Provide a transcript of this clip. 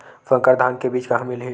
संकर धान के बीज कहां मिलही?